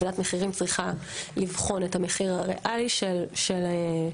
ועדת מחירים צריכה לבחון את המחיר הריאלי של החניה,